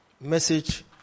message